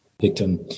victim